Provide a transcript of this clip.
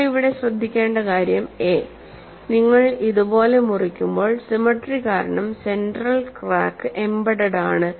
നിങ്ങൾ ഇവിടെ ശ്രദ്ധിക്കേണ്ട കാര്യം a നിങ്ങൾ ഇതുപോലെ മുറിക്കുമ്പോൾ സിമെട്രി കാരണം സെൻട്രൽ ക്രാക്ക് എംബെഡഡ് ആണ്